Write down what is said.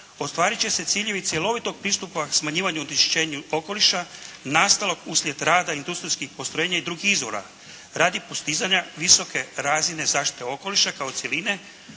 ostvarit će se ciljevi cjelovitog pristupa smanjivanja i onečišćenja okoliša nastalog uslijed rada industrijskih postrojenja i drugih izvora radi postizanja visoke razine zaštite okoliša kao cjeline,